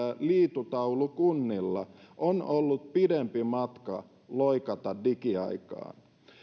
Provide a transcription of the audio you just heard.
liitutaulukunnilla on ollut pidempi matka loikata digiaikaan